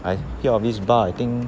I hear of this bar I think